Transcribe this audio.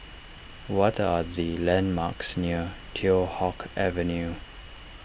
what are the landmarks near Teow Hock Avenue